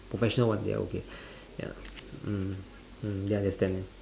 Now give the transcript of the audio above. professional ones they're okay ya mm mm ya understand